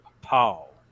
Paul